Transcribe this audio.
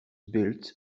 built